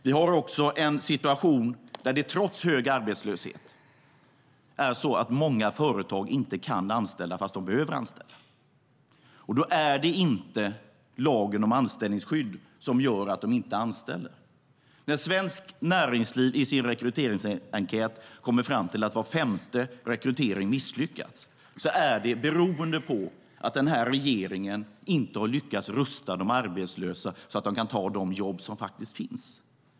Vi har också en situation där det, trots hög arbetslöshet, är så att många företag inte kan anställa fast de behöver anställa. Då är det inte lagen om anställningsskydd som gör att de inte anställer. När Svenskt Näringsliv i sin rekryteringsenkät kommer fram till att var femte rekrytering misslyckats beror det på att regeringen inte har lyckats rusta de arbetslösa så att de kan ta de jobb som faktiskt finns.